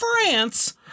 france